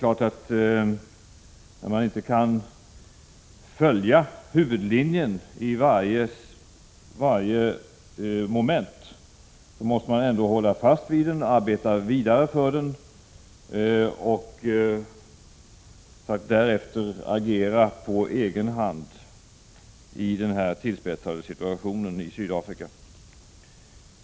När man inte kan följa huvudlinjen i varje moment, måste man ändå hålla fast vid och arbeta vidare efter den och därefter agera på egen hand med tanke på den tillspetsade situationen i Sydafrika.